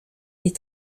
est